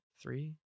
three